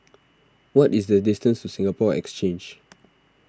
what is the distance to Singapore Exchange